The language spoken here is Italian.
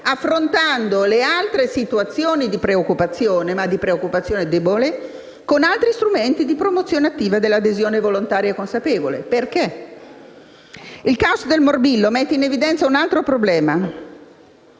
affrontando le altre situazioni di preoccupazione debole con gli altri strumenti di promozione attiva di un'adesione volontaria e consapevole? II caos del morbillo mette in evidenza un altro problema: